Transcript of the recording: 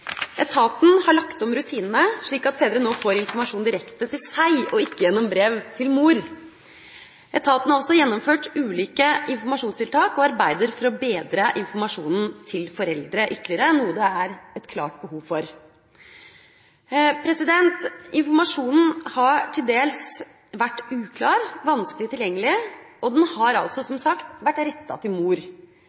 Etaten har lagt om rutinene, slik at fedre nå får informasjon direkte til seg og ikke gjennom brev til mor. Etaten har også gjennomført ulike informasjonstiltak og arbeider for å bedre informasjonen til foreldre ytterligere, noe det er et klart behov for. Informasjonen har til dels vært uklar, vanskelig tilgjengelig, og den har altså, som sagt, vært rettet til mor.